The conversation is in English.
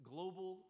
Global